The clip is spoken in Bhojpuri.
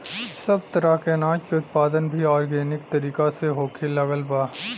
सब तरह के अनाज के उत्पादन भी आर्गेनिक तरीका से होखे लागल बा